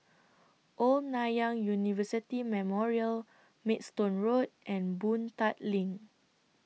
Old Nanyang University Memorial Maidstone Road and Boon Tat LINK